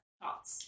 thoughts